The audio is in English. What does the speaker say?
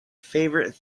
favorite